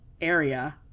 area